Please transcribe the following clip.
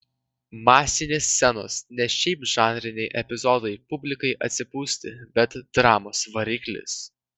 masinės scenos ne šiaip žanriniai epizodai publikai atsipūsti bet dramos variklis